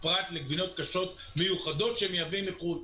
פרט לגבינות קשות מיוחדות שמייבאים מחו"ל.